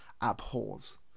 abhors